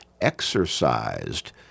exercised